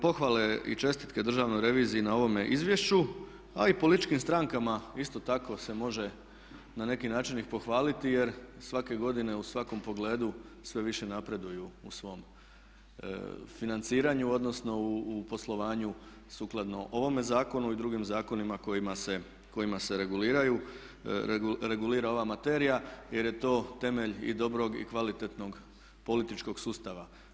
Pohvale i čestitke državnoj reviziji na ovome izvješću a i političkim strankama isto tako se može na neki način ih pohvaliti jer svake godine u svakom pogledu sve više napreduju u svom financiranju, odnosno u poslovanju sukladno ovome zakonu i drugim zakonima kojima se regulira ova materija jer je to temelj i dobrog i kvalitetnog političkog sustava.